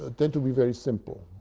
ah tend to be very simple.